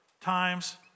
times